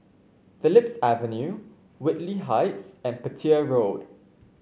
Phillips Avenue Whitley Heights and Petir Road